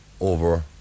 over